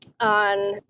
on